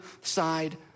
side